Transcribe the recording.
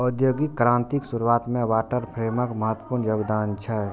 औद्योगिक क्रांतिक शुरुआत मे वाटर फ्रेमक महत्वपूर्ण योगदान छै